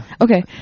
okay